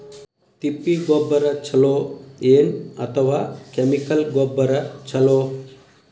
ತಿಪ್ಪಿ ಗೊಬ್ಬರ ಛಲೋ ಏನ್ ಅಥವಾ ಕೆಮಿಕಲ್ ಗೊಬ್ಬರ ಛಲೋ?